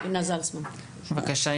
בבקשה.